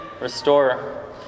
restore